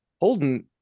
Holden